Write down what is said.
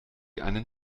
einen